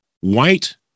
white